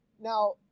Now